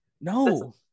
No